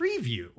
preview